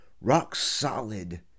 rock-solid